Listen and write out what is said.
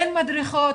אין מדרכות,